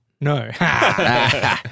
No